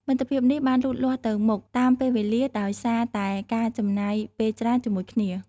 មិត្តភាពនេះបានលូតលាស់ទៅមុខតាមពេលវេលា ដោយសារតែការចំណាយពេលច្រើនជាមួយគ្នា។